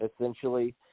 essentially